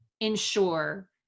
ensure